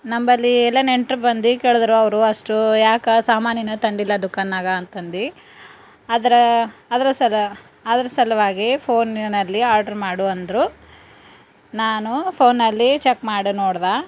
ನಂಬಳಿ ಎಲ್ಲ ನೆಂಟ್ರು ಬಂದು ಕೇಳಿದ್ರು ಅವರು ಅಷ್ಟು ಯಾಕೆ ಸಾಮಾನಿನ್ನು ತಂದಿಲ್ಲ ದುಕಾನ್ನಾಗ ಅಂತಂದು ಅದರ ಅದರ ಸದಾ ಅದ್ರ ಸಲುವಾಗಿ ಫೋನಿನಲ್ಲಿ ಆರ್ಡ್ರು ಮಾಡು ಅಂದರು ನಾನು ಫೋನಲ್ಲಿ ಚೆಕ್ ಮಾಡಿ ನೋಡ್ದೆ